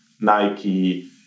nike